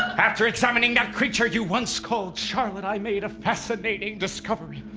after examining that creature you once called charlotte, i made a fascinating discovery.